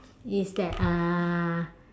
is that uh